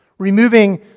removing